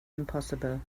impossible